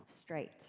straight